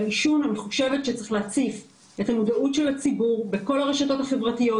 אני חושבת שצריך להציף את המודעות של הציבור בכל הרשתות החברתיות,